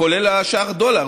כולל שער הדולר,